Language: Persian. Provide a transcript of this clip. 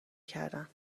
کردن